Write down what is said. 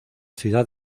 ciudad